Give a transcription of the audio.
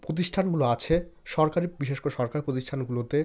প্রতিষ্ঠানগুলো আছে সরকারি বিশেষ করে সরকারি প্রতিষ্ঠানগুলোতে